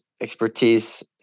expertise